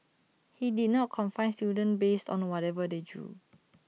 he did not confine students based on whatever they drew